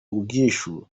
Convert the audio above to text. ubwishyu